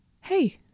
Hey